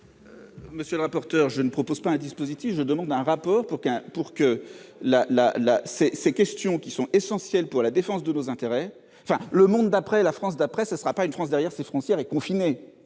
Monsieur le rapporteur, je ne propose pas un dispositif ! Je demande un rapport sur ces questions, qui sont essentielles pour la défense de nos intérêts. Le monde d'après, ce ne sera pas une France derrière ses frontières et confinée